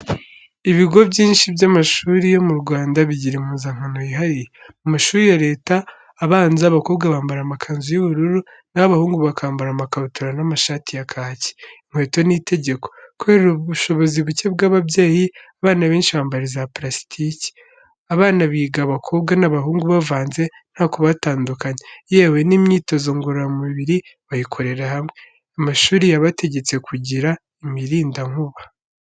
Ibigo byinshi by'amashuri yo mu Rwanda, bigira impuzankano yihariye. Mu mashuri ya Leta, abanza, abakobwa bambara amakanzu y'ubururu n'aho abahungu bakambara amakabutura n'amashati ya kaki. Inkweto ni itegeko. Kubera ubushobozi bucye bw'ababyeyi, abana benshi bambara iza plasitike. Abana biga abakobwa n'abahungu bavanze nta kubatandukanya, yewe n'imyitozo ngororamubiri bayikorera hamwe. Amashuri bayategetse kugira imirinda nkuba.